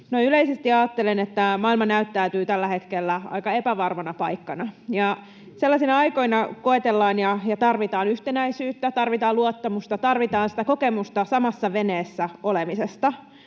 yleisesti ajattelen, että maailma näyttäytyy tällä hetkellä aika epävarmana paikkana. Sellaisina aikoina koetellaan ja tarvitaan yhtenäisyyttä, tarvitaan luottamusta, tarvitaan sitä kokemusta samassa veneessä olemisesta.